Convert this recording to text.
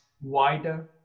wider